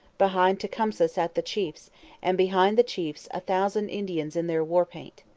behind tecumseh sat the chiefs and behind the chiefs a thousand indians in their war-paint.